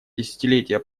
десятилетие